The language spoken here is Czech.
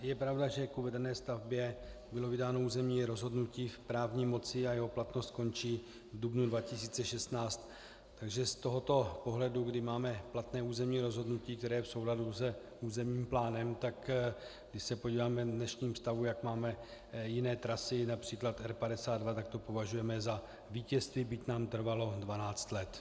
Je pravda, že k uvedené stavbě bylo vydáno územní rozhodnutí v právní moci a jeho platnost končí v dubnu 2016, takže z tohoto pohledu, kdy máme platné územní rozhodnutí, které je v souladu s územním plánem, tak když se podíváme v dnešním stavu, jak máme jiné trasy, například R52, tak to považujeme za vítězství, byť nám to trvalo 12 let.